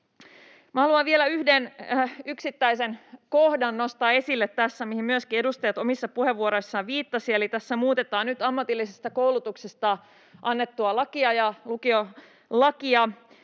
tässä vielä yhden yksittäisen kohdan, mihin myöskin edustajat omissa puheenvuoroissaan viittasivat. Eli tässä muutetaan nyt ammatillisesta koulutuksesta annettua lakia ja lukiolakia